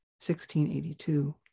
1682